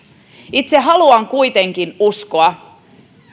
itse haluan kuitenkin uskoa